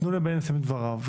תנו לבני לסיים את דבריו,